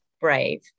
brave